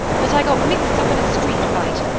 but i got mixed up in a street-fight,